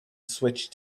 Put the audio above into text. switch